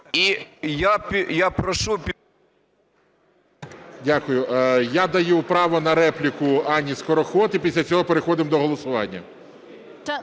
Я даю право на репліку Анні Скороход. І після цього переходимо до голосування.